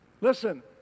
Listen